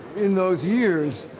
in those years,